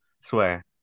swear